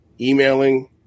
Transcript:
emailing